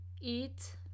eat